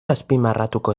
azpimarratuko